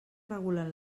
regulen